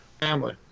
family